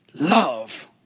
Love